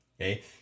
Okay